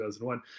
2001